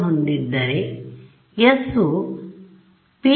ಹೊಂದಿದ್ದರೆ s ವು p − jq ಎಂದಾಗುತ್ತದೆ